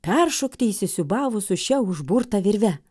peršokti įsisiūbavus su šia užburta virve